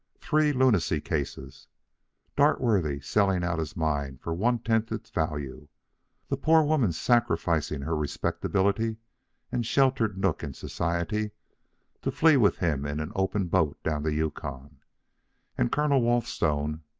three lunacy cases dartworthy selling out his mine for one-tenth its value the poor woman sacrificing her respectability and sheltered nook in society to flee with him in an open boat down the yukon and colonel walthstone,